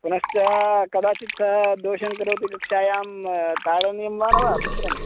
पुनश्च कदाचित् सः दोषं करोति कक्ष्यायां ताडनीयं वा न वा पुत्रं